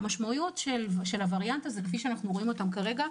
המשמעויות של הווריאנט הזה עדיין לא ברורות.